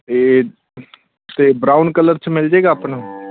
ਇਹ ਅਤੇ brown colour 'ਚ ਮਿਲ ਜਾਏਗਾ ਆਪਣਾ